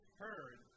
heard